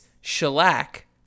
shellac